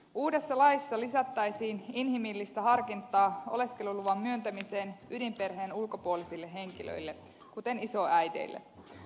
uudessa laissa lisättäisiin inhimillistä harkintaa oleskeluluvan myöntämiseen ydinperheen ulkopuolisille henkilöille kuten isoäideille